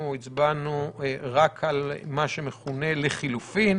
אנחנו הצבענו רק על מה שמכונה לחילופין.